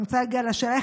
אני רוצה להגיע לשאלה.